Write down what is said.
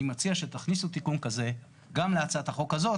אני מציע שתכניסו תיקון כזה גם להצעת החוק הזאת,